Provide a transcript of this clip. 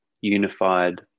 unified